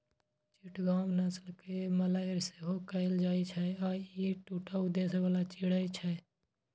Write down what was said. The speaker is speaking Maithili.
चिटगांव नस्ल कें मलय सेहो कहल जाइ छै आ ई दूटा उद्देश्य बला चिड़ै छियै